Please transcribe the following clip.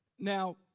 Now